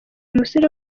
musore